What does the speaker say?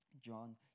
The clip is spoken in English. John